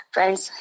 Friends